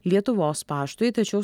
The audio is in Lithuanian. lietuvos paštui tačiau